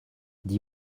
dit